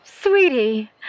Sweetie